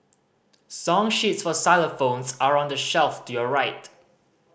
song sheets for xylophones are on the shelf to your right